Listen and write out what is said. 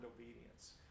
obedience